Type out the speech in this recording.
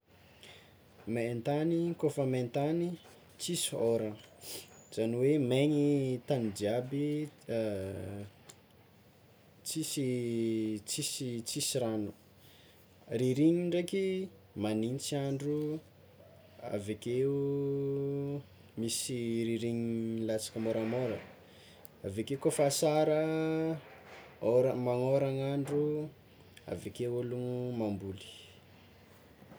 Maintagny kôfa maintagny tsisy ôragna zany hoe maigny tany jiaby tsisy tsisy tsisy rano, ririgniny ndraiky magnintsy andro avekeo misy rirignigny milatsaka môramôra, avekeo kôfa asara ôran- magnôragn'andro aveke olo mamboly.